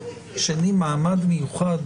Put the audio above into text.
מעמד מיוחד